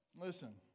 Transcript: listen